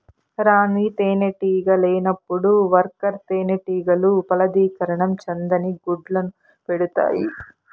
రాణి తేనెటీగ లేనప్పుడు వర్కర్ తేనెటీగలు ఫలదీకరణం చెందని గుడ్లను పెడుతాయి